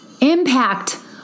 impact